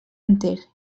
enter